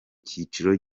cyiciro